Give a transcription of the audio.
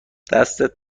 دستت